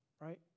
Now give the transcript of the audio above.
Right